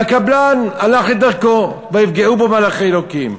והקבלן הלך לדרכו, ויפגעו בו מלאכי אלוקים.